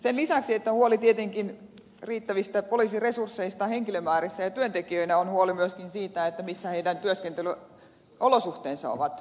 sen lisäksi että on huoli tietenkin riittävistä poliisiresursseista henkilömäärissä ja työntekijöinä on huoli myöskin siitä millaiset heidän työskentelyolosuhteensa ovat